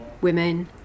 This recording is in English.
women